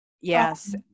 yes